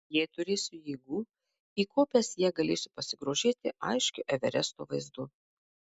jei turėsiu jėgų įkopęs į ją galėsiu pasigrožėti aiškiu everesto vaizdu